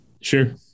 Sure